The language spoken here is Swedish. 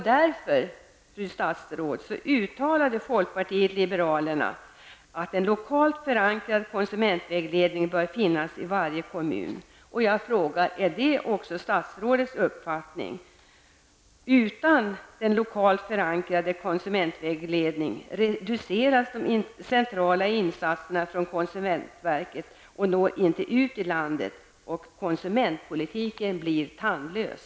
Därför, fru statsråd, uttalade folkpartiet liberalerna att en lokalt förankrad konsumentvägledning bör finnas i varje kommun. Är det också statsrådets uppfattning? Utan den lokalt förankrade konsumentvägledningen reduceras de centrala insatserna från konsumentverket och når inte ut i landet. Konsumentpolitiken blir därmed tandlös.